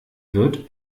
wird